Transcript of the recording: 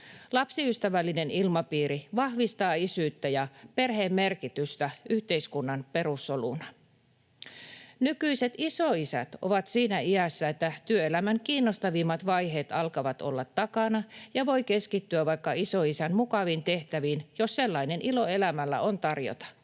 Lapsiystävällinen ilmapiiri vahvistaa isyyttä ja perheen merkitystä yhteiskunnan perussoluna. Nykyiset isoisät ovat siinä iässä, että työelämän kiinnostavimmat vaiheet alkavat olla takana ja voi keskittyä vaikka isoisän mukaviin tehtäviin, jos sellainen ilo elämällä on tarjota.